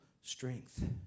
strength